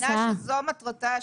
אני מאמינה שזו מטרתה,